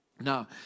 now